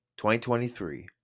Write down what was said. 2023